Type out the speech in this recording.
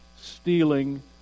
stealing